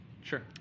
Sure